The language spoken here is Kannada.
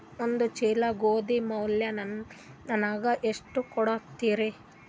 ಒಂದ ಚೀಲ ಗೋಧಿ ಮ್ಯಾಲ ನನಗ ಎಷ್ಟ ಕೊಡತೀರಿ?